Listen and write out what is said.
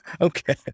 okay